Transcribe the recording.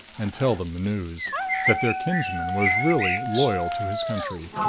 and tell them the news that their kinsman was really loyal to his country.